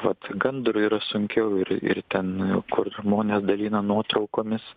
vat gandrui yra sunkiau ir ir ten kur žmonės dalina nuotraukomis